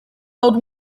old